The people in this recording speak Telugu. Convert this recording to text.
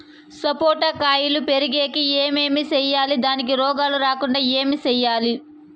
సపోట కాయలు పెరిగేకి ఏమి సేయాలి దానికి రోగాలు రాకుండా ఏమి సేయాలి?